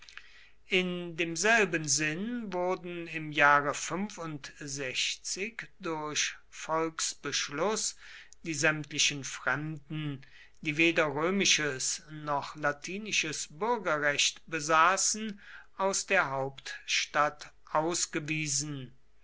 in demselben sinn wurden im jahre durch volksbeschluß die sämtlichen fremden die weder römisches noch latinisches bürgerrecht besaßen aus der hauptstadt ausgewiesen